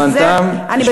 חברת הכנסת אורלי אבקסיס,